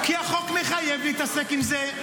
כי החוק מחייב להתעסק בזה.